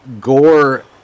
gore